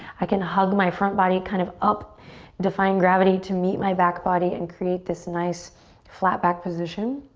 i can hug my front body kind of up defying gravity to meet my back body and create this nice flat back position.